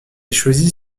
choisit